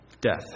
Death